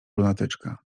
lunatyczka